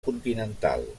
continental